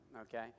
okay